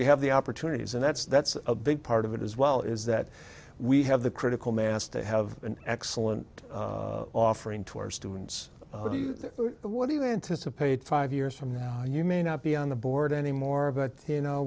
we have the opportunities and that's that's a big part of it as well is that we have the critical mass to have an excellent offering to our students what do you anticipate five years from now you may not be on the board anymore but you know